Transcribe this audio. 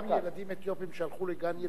גם ילדים אתיופים שהלכו לגן-ילדים?